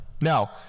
now